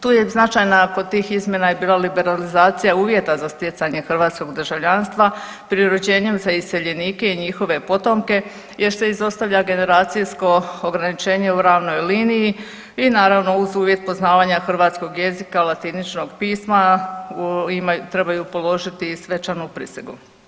Tu je značajna kod tih izmjena je bila liberalizacija uvjeta za stjecanje hrvatskog državljanstva preuređenjem za iseljenike i njihove potomke jer se izostavlja generacijsko ograničenje u ravnoj liniji i naravno uz uvjet poznavanja hrvatskog jezika, latiničnog pisma, imaju, trebaju položiti svečanu prisegu.